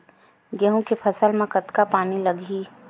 गेहूं के फसल म कतका पानी लगही?